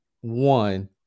one